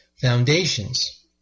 foundations